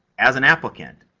as an applicant,